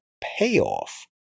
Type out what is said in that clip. payoff